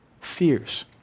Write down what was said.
fears